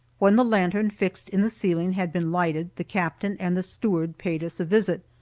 when the lantern fixed in the ceiling had been lighted, the captain and the steward paid us a visit.